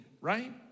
right